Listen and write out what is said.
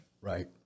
right